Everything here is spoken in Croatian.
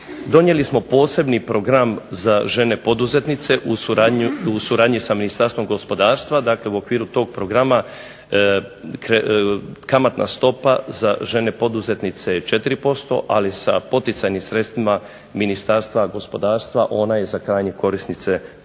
Donijeli smo posebni program za žene poduzetnice u suradnji sa Ministarstvom gospodarstva. Dakle, u okviru tog programa kamatna stopa za žene poduzetnice je 4%, ali sa poticajnim sredstvima Ministarstva gospodarstva ona je za krajnje korisnice 2%